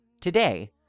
Today